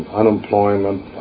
unemployment